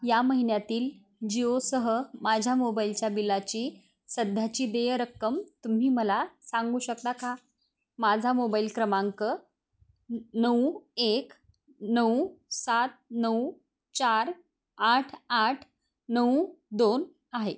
या महिन्यातील जिओसह माझ्या मोबाइलच्या बिलाची सध्याची देय रक्कम तुम्ही मला सांगू शकता का माझा मोबाइल क्रमांक न् नऊ एक नऊ सात नऊ चार आठ आठ नऊ दोन आहे